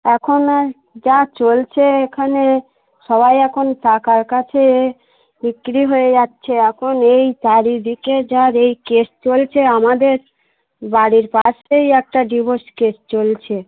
এখন আর যা চলছে এখানে সবাই এখন টাকার কাছে বিক্রি হয়ে যাচ্ছে এখন এই চারিদিকে যা আর এই কেস চলছে আমাদের বাড়ির পাশেই একটা ডিভোর্স কেস চলছে